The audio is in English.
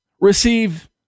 receive